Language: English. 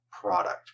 product